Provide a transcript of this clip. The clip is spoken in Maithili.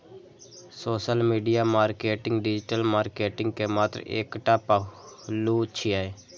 social media marketing digital marketing के मात्र एकटा पहलू छियै